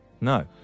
No